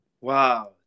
Wow